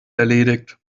erledigt